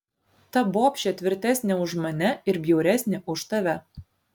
ta bobšė tvirtesnė už mane ir bjauresnė už tave